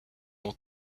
ont